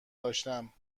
داشتم